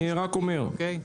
אני רק אומר --- יבגני,